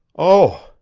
oh,